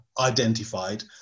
identified